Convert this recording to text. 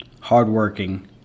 hardworking